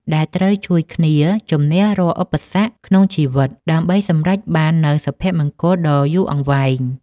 ដែលត្រូវជួយគ្នាជម្នះរាល់ឧបសគ្គក្នុងជីវិតដើម្បីសម្រេចបាននូវសុភមង្គលដ៏យូរអង្វែង។